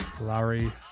Larry